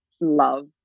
love